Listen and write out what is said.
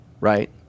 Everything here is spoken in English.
right